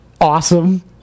awesome